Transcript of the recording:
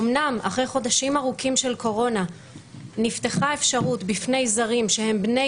אמנם אחרי חודשים ארוכים של קורונה נפתחה אפשרות בפני זרים שהם בני